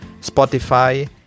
Spotify